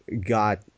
got